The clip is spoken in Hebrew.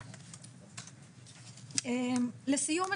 לסיום,